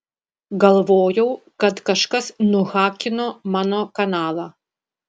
galvojau kad kažkas nuhakino mano kanalą